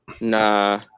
Nah